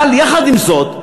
אבל יחד עם זאת,